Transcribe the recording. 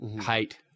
height